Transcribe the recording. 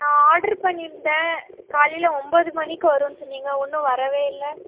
நான் ஆடர் பண்ணியிருந்தேன் காலையில் ஒம்போது மணிக்கு வரும்னு சொன்னிங்க இன்னும் வரவே இல்லை